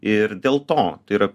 ir dėl to tai yra